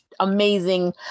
amazing